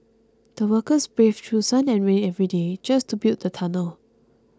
the workers braved through sun and rain every day just to build the tunnel